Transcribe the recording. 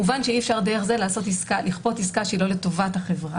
כמובן שאי אפשר דרך זה לכפות עסקה שהיא לא לטובת החברה.